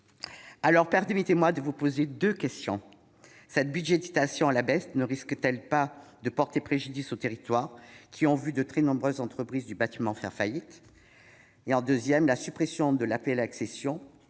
Aussi permettez-moi de vous poser deux questions. Cette budgétisation à la baisse ne risque-t-elle pas de porter préjudice aux territoires qui ont vu de très nombreuses entreprises du bâtiment faire faillite ?